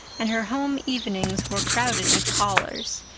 and her home evenings were crowded with callers.